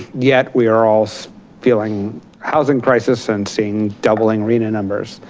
yet we are all feeling housing crisis and seeing doubling rhna numbers